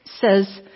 says